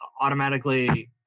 automatically